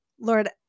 Lord